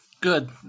Good